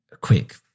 quick